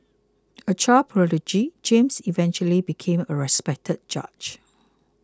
a child prodigy James eventually became a respected judge